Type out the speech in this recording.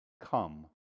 come